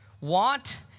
Want